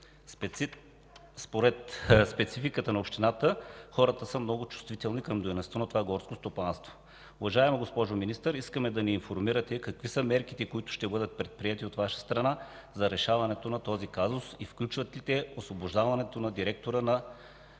Според спецификата на общината хората са много чувствителни към дейността на това горско стопанство. Уважаема госпожо Министър, искаме да ни информирате какви са мерките, които ще бъдат предприети от Ваша страна за решаването на този казус и включват ли те освобождаването на директора на